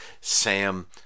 Sam